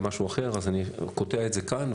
אז אני קוטע את זה כאן,